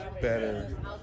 better